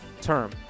term